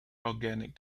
organic